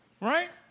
Right